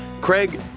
Craig